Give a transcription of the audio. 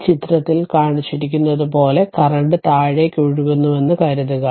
ഈ ചിത്രത്തിൽ കാണിച്ചിരിക്കുന്നതുപോലെ കറന്റ് താഴേക്ക് ഒഴുകുന്നുവെന്ന് കരുതുക